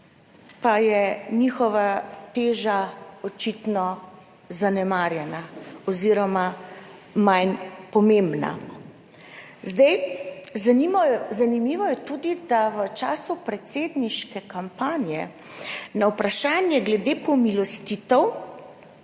pa je njihova teža očitno zanemarjena, oz. manj pomembna. Zdaj zanimivo je tudi, da v času predsedniške kampanje na vprašanje glede pomilostitev